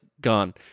gone